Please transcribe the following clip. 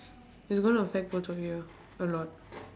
it's gonna affect both of you a lot